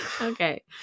Okay